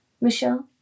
Michelle